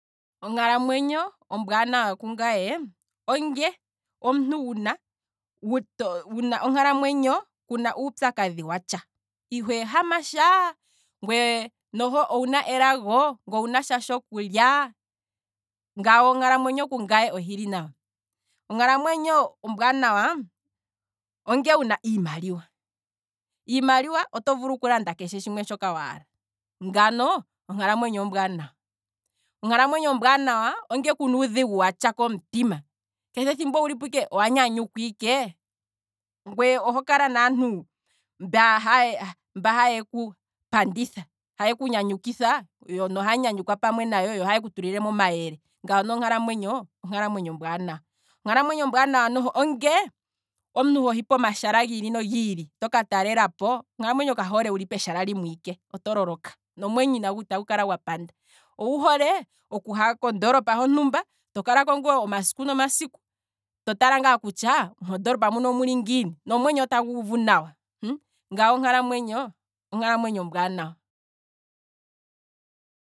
Ongalamwenyo ombwaanawa kungaye onge omuntu wuna onkalamwenyo kuna uupyakadhi watsha, iho ehama tsha. ngweye, noho ngweye owuna elago ngeenge owuna tsha tshokulya, ngano onkalamwenyo kungaye ohili nawa, onkalamwenyo ombwaanawa onge wuna iimaliwa, iimaliwa oto vulu oku landa keshe shoka waala, ngano onkalamwenyo ombwaanawa, onkalamwenyo ombwaanawa. onge kuna tsha uudhigu watsha komutima, ngweye oho kala naantu mba haye kupanditha, haye ku nyanyukitha, ngweye oho nyanyikwa pamwe nayo, haye ku tu lilemo omayele, ngano onkalamwenyo ombwanawa, onkalamwenyo ombwaanawa noho, onge omuntu hohi pomashala giili nogiili, toka ta lelapo, onkalamwenyo kayi hole omuntu wuli peshala limwe ike oto loloka, nomwenyo itagu kala gwa panda, owu hole okuha kondoolopa hontumba, toka lako ngaa omasiku nomasiku, to tala ngaa kutya mondoolopa muka omuli ngiini, nomwenyo otagu uvu nawa, ngano onkalamwenyo, onkalamwenyo ombwaanawa.